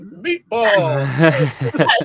meatball